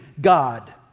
God